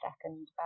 second